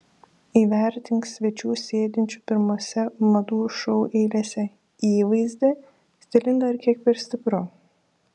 įvertink svečių sėdinčių pirmose madų šou eilėse įvaizdį stilinga ar kiek per stipru